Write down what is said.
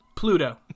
Pluto